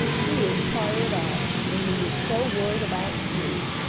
he is tired out, and he was so worried about snoop!